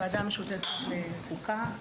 הוועדה המשותפת לחוקה,